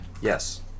Yes